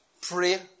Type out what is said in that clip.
pray